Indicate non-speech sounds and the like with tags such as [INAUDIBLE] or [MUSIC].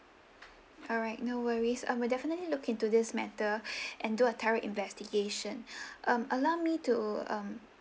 alright no worries I will definitely look into this matter [BREATH] and do a thorough investigation [BREATH] um allow me to um